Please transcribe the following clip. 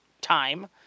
time